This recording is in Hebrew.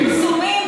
לפי פרסומים,